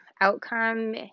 outcome